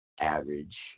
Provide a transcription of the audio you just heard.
average